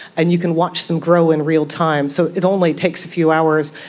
and you can watch them grow in real time. so it only takes a few hours.